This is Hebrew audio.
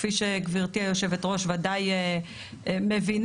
כפי שגברתי היו"ר וודאי מבינה,